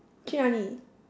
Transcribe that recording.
去哪里